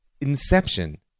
inception